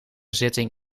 zitting